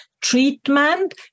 treatment